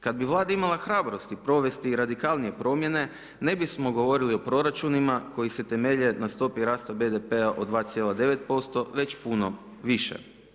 Kada bi Vlada imala hrabrosti provesti i radikalnije promjene, ne bismo govorili o proračunima koji se temelje na stopi raste BDP-a od 2,9%, već puno više.